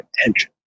attention